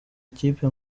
ikipe